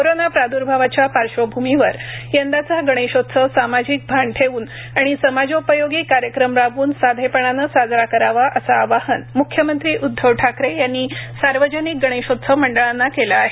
corona प्राद्र्भावाच्या पाश्र्वभूमीवर यंदाचा गणेशोत्सव सामाजिक भान ठेवून आणि समाजोपयोगी कार्यक्रम राबवून साधेपणाने साजरा करावा असं आवाहन म्ख्यमंत्री उदधव ठाकरे यांनी सार्वजनिक गणेशोत्सव मंडळांना केलं आहे